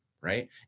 Right